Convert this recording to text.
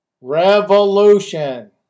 Revolution